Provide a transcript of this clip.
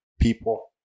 people